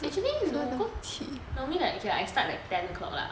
actually no cause normally like okay I start like ten o'clock lah